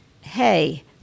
hey